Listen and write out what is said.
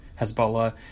Hezbollah